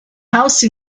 house